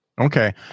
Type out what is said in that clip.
Okay